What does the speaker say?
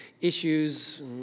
issues